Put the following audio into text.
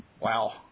Wow